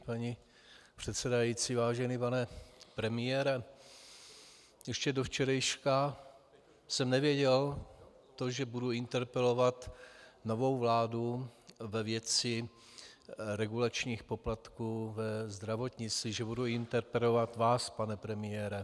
Paní předsedající, vážený pane premiére, ještě do včerejška jsem nevěděl, že budu interpelovat novou vládu ve věci regulačních poplatků ve zdravotnictví, že budu interpelovat vás, pane premiére.